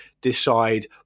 decide